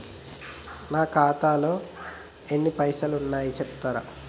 నా ఖాతాలో ఎన్ని పైసలు ఉన్నాయి చెప్తరా?